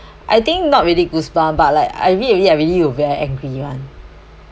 I think not really goosebumps but like I really really I really will get angry [one]